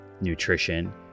nutrition